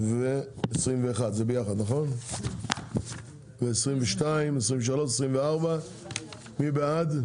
הסתייגויות 2-8. מי בעד?